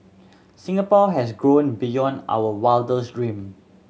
Singapore has grown beyond our wildest dream